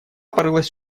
порылась